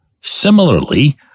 Similarly